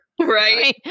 Right